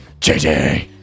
JJ